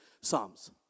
Psalms